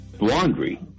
Laundry